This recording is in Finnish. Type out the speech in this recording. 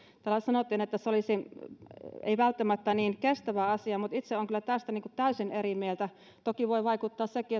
täällä sanottiin että se ei olisi välttämättä niin kestävä asia mutta itse olen kyllä tästä täysin eri mieltä toki voi vaikuttaa sekin